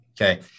Okay